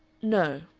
no,